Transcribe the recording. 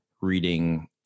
reading